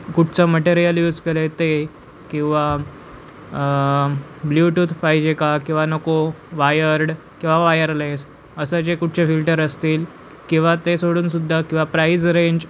कुठचं material use केलं ते किंवा ब्ल्यूटूथ पाहिजे का किंवा नको वायर्ड किंवा वायरलेस असं जे कुठचे फिल्टर असतील किंवा ते सोडूनसुद्धा किंवा प्राईज रेंज